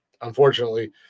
unfortunately